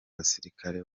basirikare